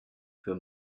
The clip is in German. für